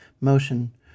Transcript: motion